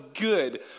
good